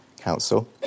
Council